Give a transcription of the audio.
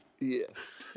Yes